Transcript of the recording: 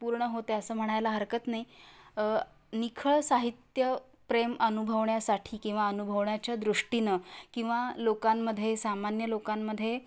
पूर्ण होते असं म्हणायला हरकत नाही निखळ साहित्य प्रेम अनुभवण्यासाठी किंवा अनुभवण्याच्या दृष्टीनं किंवा लोकांमध्ये सामान्य लोकांमध्ये